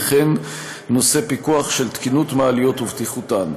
וכן פיקוח תקינות מעליות ובטיחותן.